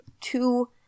two